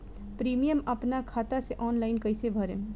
Premium अपना खाता से ऑनलाइन कईसे भरेम?